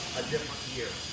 a different year.